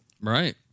Right